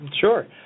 Sure